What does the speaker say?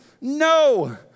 No